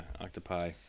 octopi